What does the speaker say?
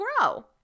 grow